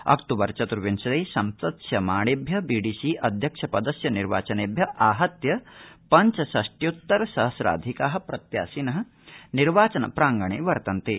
अक्तूबर चत्र्विंशे सम्पत्स्यमाणेभ्य बीडीसीअध्यक्षपदस्य निर्वाचनेभ्य आहत्य पञ्चषष्ट्युत्तर सहस्राधिका प्रत्याशिन निर्वाचन प्रांगणे वर्तन्ते